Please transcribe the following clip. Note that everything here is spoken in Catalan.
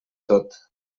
tot